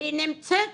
היא נמצאת